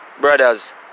brothers